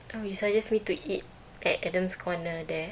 oh you suggest me to eat at Adam's Corner there